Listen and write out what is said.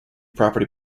property